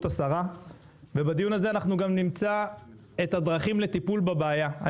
השרה ונמצא בדיון את הדרכים לטיפול בבעיה.